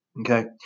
Okay